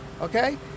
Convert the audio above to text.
Okay